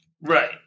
Right